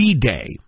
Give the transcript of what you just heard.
D-Day